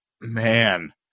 man